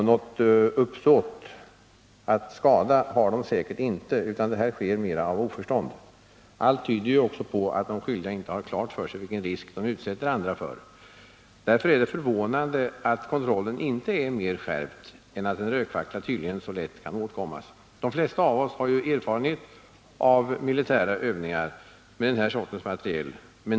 Något uppsåt att skada har de säkert inte haft, utan detta har skett av oförstånd. Allt tyder också på att de skyldiga inte har klart för sig vilken risk de utsätter andra för. Därför är det förvånande att kontrollen inte är mer sträng än att rökfacklor tydligen så lätt kan åtkommas. De flesta av oss män har ju erfarenhet av militära övningar med detta slags materiel.